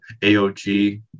AOG